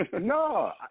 No